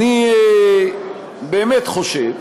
אני באמת חושב